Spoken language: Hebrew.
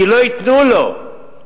כי לא ייתנו לו,